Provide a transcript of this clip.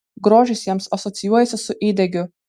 grožis jiems asocijuojasi su įdegiu